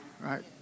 right